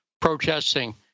protesting